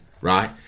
right